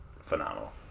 phenomenal